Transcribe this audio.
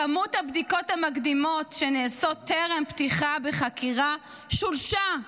כמות הבדיקות המקדימות שנעשות טרם פתיחה בחקירה שולשה,